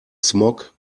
smog